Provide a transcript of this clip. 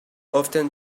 often